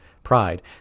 pride